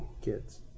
Kids